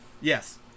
Yes